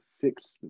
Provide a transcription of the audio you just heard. fix